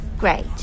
Great